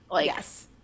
Yes